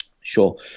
Sure